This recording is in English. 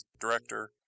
director